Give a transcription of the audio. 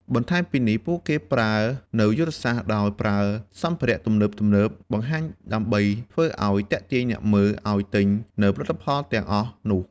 បន្ថែមពីនេះពួកគេប្រើនៅយុទ្ធសាស្រ្តដោយប្រើសម្ភារៈទំនើបៗបង្ហាញដើម្បីធ្វើឲ្យទាក់ទាញអ្នកមើលឲ្យទិញនៅផលិតផលទាំងអស់នោះ។